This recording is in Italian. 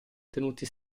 tenuti